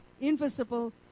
invisible